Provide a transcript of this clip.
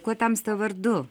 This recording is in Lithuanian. kuo tamsta vardu